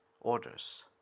orders